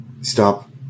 Stop